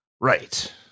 Right